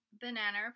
Banana